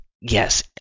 yes